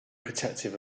protective